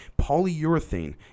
polyurethane